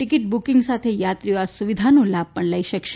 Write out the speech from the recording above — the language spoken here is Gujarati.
ટીકીટ બુકીંગ સાથે યાત્રીઓ આ સુવિધાઓને પણ લાભ લઇ શકશે